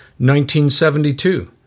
1972